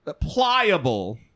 pliable